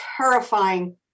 terrifying